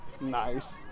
Nice